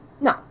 No